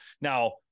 now